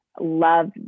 Love